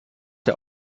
der